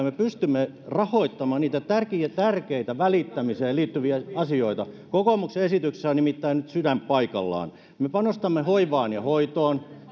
me pystymme rahoittamaan niitä tärkeitä tärkeitä välittämiseen liittyviä asioita kokoomuksen esityksessä on nimittäin nyt sydän paikallaan me panostamme hoivaan ja hoitoon